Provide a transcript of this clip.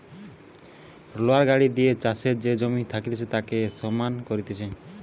roller গাড়ি দিয়ে চাষের যে জমি থাকতিছে তাকে সমান করতিছে